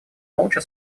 молча